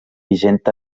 vigent